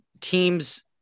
teams